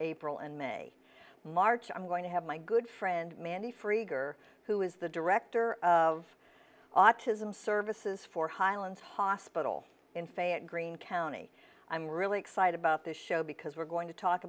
april and may march i'm going to have my good friend mandy frager who is the director of autism services for highland hospital in fayette green county i'm really excited about this show because we're going to talk